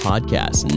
Podcast